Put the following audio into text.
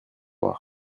noirs